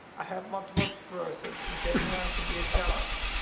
i have multiple sclerosis, and getting around can be a challenge.